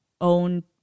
own